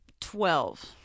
Twelve